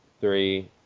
three